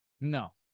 No